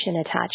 attached